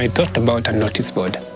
i thought about a notice board.